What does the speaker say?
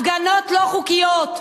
הפגנות לא חוקיות,